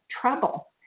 trouble